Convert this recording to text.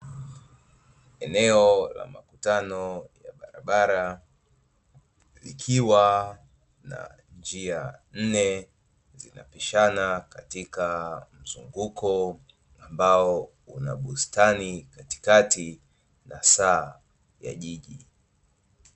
Eneo la makutano ya barabara, likiwa na njia nne zinapishana katika mzunguko ambao una bustani katikati na saa ya jiji.